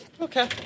Okay